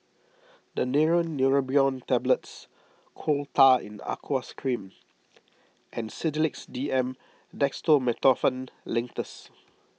Daneuron Neurobion Tablets Coal Tar in Aqueous Cream and Sedilix D M Dextromethorphan Linctus